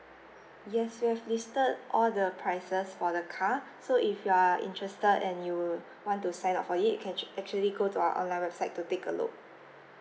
yes we have listed all the prices for the car so if you are interested and you would want to sign up for it you can actually go to our online website to take a look